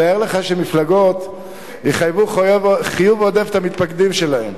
תאר לך שמפלגות יחייבו חיוב עודף את המתפקדים שלהן.